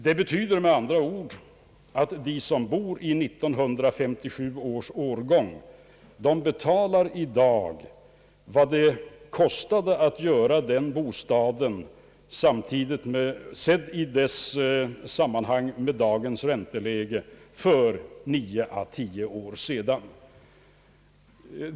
Det betyder att de som bor i hus som byggts 1957 betalar dagens räntekostnader på byggnadskostnader som var aktuella för nio—tio år sedan.